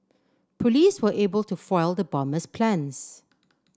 police were able to foil the bomber's plans